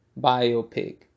biopic